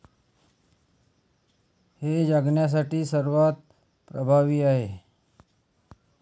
हे जगण्यासाठी सर्वात प्रभावी आहे